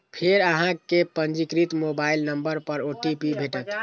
फेर अहां कें पंजीकृत मोबाइल नंबर पर ओ.टी.पी भेटत